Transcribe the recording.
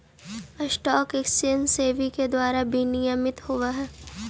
stock exchange SEBI के द्वारा विनियमित होवऽ हइ